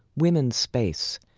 women's space.